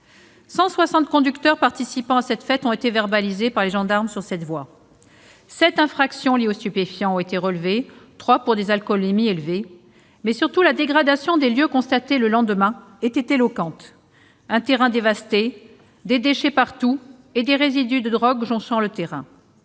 160 conducteurs participant à cette fête y ont été verbalisés par les gendarmes. Sept infractions liées aux stupéfiants ont été relevées et trois pour des alcoolémies élevées. Surtout, la dégradation des lieux constatée le lendemain était éloquente : un terrain dévasté, des déchets partout et des résidus de drogues jonchant le sol.